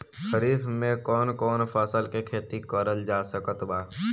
खरीफ मे कौन कौन फसल के खेती करल जा सकत बा?